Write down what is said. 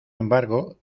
embargo